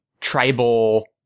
tribal